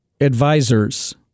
advisors